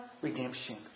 redemption